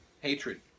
Hatred